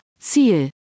Ziel